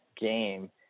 game